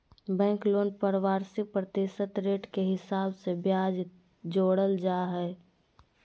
bank loan पर वार्षिक प्रतिशत रेट के हिसाब से ब्याज जोड़ल जा हय